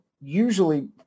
usually